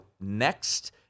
next